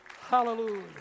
Hallelujah